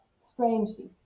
strangely